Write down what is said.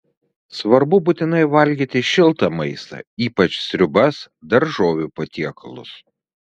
svarbu būtinai valgyti šiltą maistą ypač sriubas daržovių patiekalus